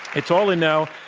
it's all in now.